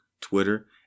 Twitter